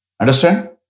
Understand